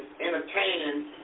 entertaining